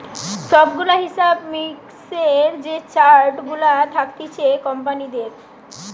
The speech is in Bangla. সব গুলা হিসাব মিক্সের যে চার্ট গুলা থাকতিছে কোম্পানিদের